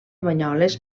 banyoles